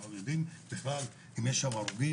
אבל יודעים בכלל אם יש שם הרוגים?